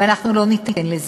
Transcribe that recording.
ואנחנו לא ניתן יד לזה.